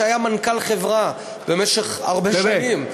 שהיה מנכ"ל חברה במשך הרבה שנים.